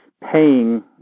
paying